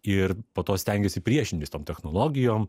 ir po to stengiasi priešintis tom technologijom